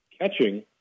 catching